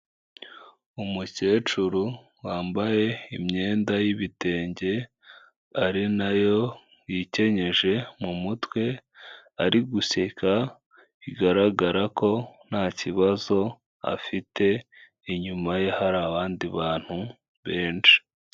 Umukecuru wambaye imyenda y'ibitenge ari na yo yikenyeje mu mutwe, ari guseka bigaragara ko nta kibazo afite, inyuma ye hari abandi bantu benshi.